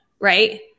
Right